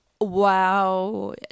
Wow